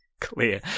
clear